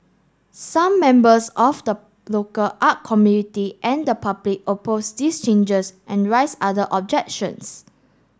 some members of the local art community and the public opposed these changes and rise other objections